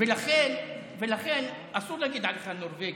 ולכן אסור להגיד עליך "נורבגי".